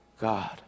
God